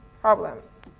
problems